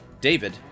David